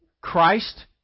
Christ